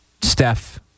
Steph